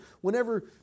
whenever